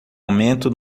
aumento